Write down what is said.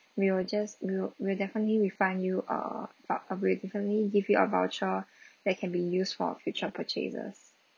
we will just we'll we'll definitely refund you err vou~ uh we'll definitely give you a voucher that can be used for future purchases